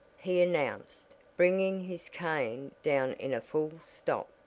he announced, bringing his cane down in a full stop.